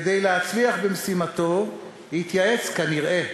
כדי להצליח במשימתו התייעץ, כנראה,